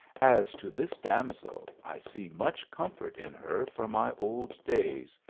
as to this damsel, i see much comfort in her for my old days,